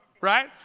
Right